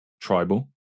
tribal